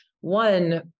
One